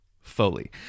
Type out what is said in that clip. Foley